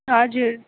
हजुर